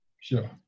Sure